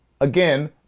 again